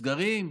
סגרים,